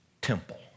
temple